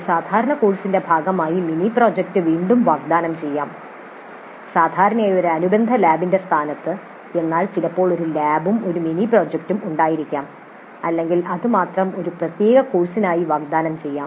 ഒരു സാധാരണ കോഴ്സിന്റെ ഭാഗമായി മിനി പ്രോജക്റ്റ് വീണ്ടും വാഗ്ദാനം ചെയ്യാം സാധാരണയായി ഒരു അനുബന്ധ ലാബിന്റെ സ്ഥാനത്ത് എന്നാൽ ചിലപ്പോൾ ഒരു ലാബും ഒരു മിനി പ്രോജക്ടും ഉണ്ടായിരിക്കാം അല്ലെങ്കിൽ അത് മാത്രം ഒരു പ്രത്യേക കോഴ്സായി വാഗ്ദാനം ചെയ്യാം